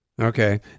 Okay